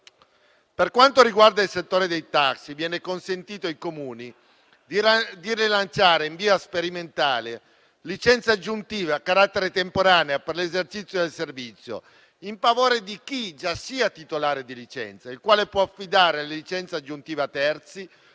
Per quanto riguarda il settore dei taxi, viene consentito ai Comuni di rilasciare, in via sperimentale, licenze aggiuntive a carattere temporaneo per l'esercizio del servizio, in favore di chi già sia titolare di licenza, il quale può affidare la licenza aggiuntiva a terzi